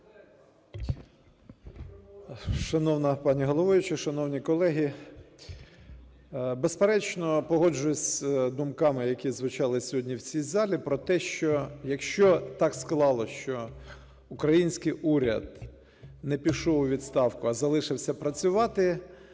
Шановна пані головуюча, шановні колеги, безперечно погоджуюся з думками, які звучали сьогодні в цій залі про те, що, якщо так склалося, що український уряд не пішов у відставку, а залишився працювати,